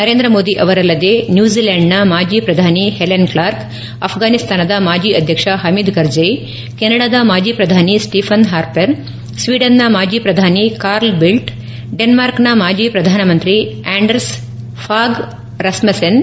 ನರೇಂದ್ರ ಮೋದಿ ಅವರಲ್ಲದೆ ನ್ಯೂಜಿಲೆಂಡ್ ನ ಮಾಜಿ ಪ್ರಧಾನಿ ಹೆಲೆನ್ ಕ್ಲಾರ್ಕ್ ಅಫ್ಫಾನಿಸ್ತಾನದ ಮಾಜಿ ಅಧ್ಯಕ್ಷ ಹಮೀದ್ ಕರ್ಜೈ ಕೆನಡಾದ ಮಾಜಿ ಪ್ರಧಾನಿ ಸ್ಟೀಫನ್ ಹಾರ್ಪೆರ್ ಸ್ವೀಡನ್ ನ ಮಾಜಿ ಪ್ರಧಾನಿ ಕಾರ್ಲ್ ಬಿಲ್ಟ್ ಡೆನ್ಮಾರ್ಕ್ನ ಮಾಜಿ ಪ್ರಧಾನ ಮಂತ್ರಿ ಆಂಡರ್ಸ್ ಫಾಫ್ ರಸ್ಟಸ್ಸೆನ್